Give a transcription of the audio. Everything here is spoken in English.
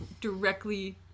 directly